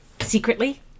secretly